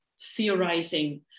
theorizing